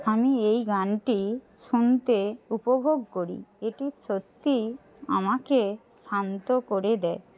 আমি এই গানটি শুনতে উপভোগ করি এটি সত্যিই আমাকে শান্ত করে দেয়